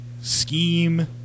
scheme